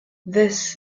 this